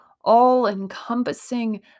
all-encompassing